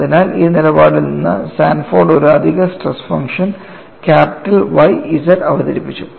അതിനാൽ ഈ നിലപാടിൽ നിന്ന് സാൻഫോർഡ് ഒരു അധിക stress function capital Y z അവതരിപ്പിച്ചു